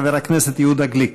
חבר הכנסת יהודה גליק.